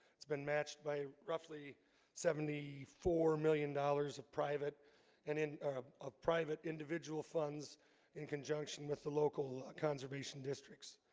it's been matched by roughly seventy four million dollars of private and in of private individual funds in conjunction with the local conservation districts